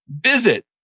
Visit